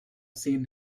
seen